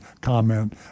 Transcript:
comment